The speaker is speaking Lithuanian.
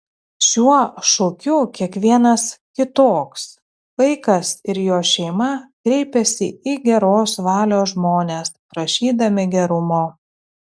šiuo šūkiu kiekvienas kitoks vaikas ir jo šeima kreipiasi į geros valios žmones prašydami gerumo